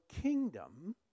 kingdom